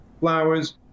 flowers